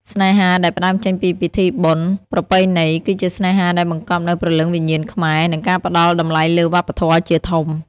ស្នេហាដែលផ្ដើមចេញពីពិធីបុណ្យប្រពៃណី គឺជាស្នេហាដែលបង្កប់នូវ "ព្រលឹងវិញ្ញាណខ្មែរ" និងការផ្ដល់តម្លៃលើវប្បធម៌ជាធំ។